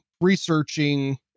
researching